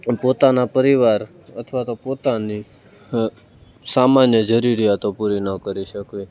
પોતાના પરિવાર અથવા તો પોતાની સામાન્ય જરૂરીયાતો પૂરી ન કરી શકવી